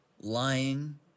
lying